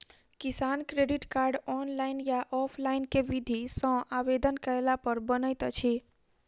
किसान credit card, online या offline केँ विधि सँ आवेदन कैला पर बनैत अछि?